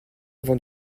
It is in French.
avant